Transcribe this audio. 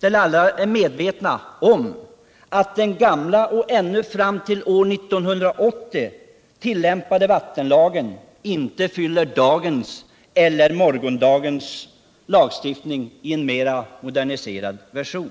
där alla är medvetna om att den gamla och ännu fram till år 1980 gällande vattenlagen inte uppfyller kraven i dagens eller morgondagens lagstiftning i en mera moderniserad version.